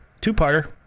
Two-parter